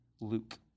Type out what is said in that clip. Luke